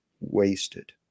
wasted